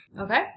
Okay